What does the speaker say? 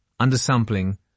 undersampling